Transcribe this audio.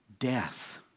Death